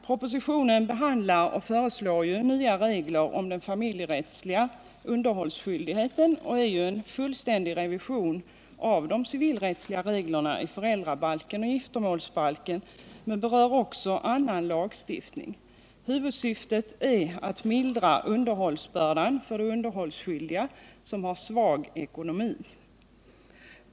Propositionen behandlar och föreslår nya regler om den familjerättsliga underhållsskyldigheten och innebär en fullständig revision av de civilrättsliga reglerna i föräldrabalken och giftermålsbalken, men den berör också annan lagstiftning. Huvudsyftet är att mildra underhållsbördan för de underhållsskyldiga som har svag ekonomi.